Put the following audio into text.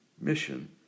Mission